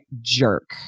jerk